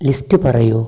list പറയൂ